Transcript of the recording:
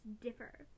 differ